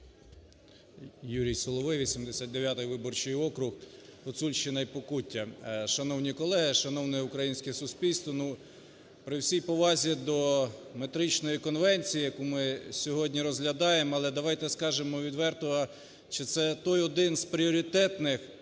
Юрій Соловей, 89 виборчий округ, Гуцульщина і Покуття. Шановні колеги, шановне українське суспільство! Ну, при всій повазі до Метричної конвенції, яку ми сьогодні розглядаємо, але давайте скажемо відверто, чи це той один з пріоритетних